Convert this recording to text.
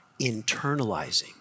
internalizing